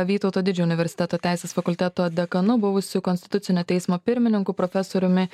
vytauto didžiojo universiteto teisės fakulteto dekanu buvusiu konstitucinio teismo pirmininku profesoriumi